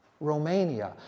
Romania